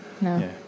No